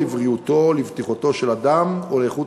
לבריאותו או לבטיחותו של אדם או לאיכות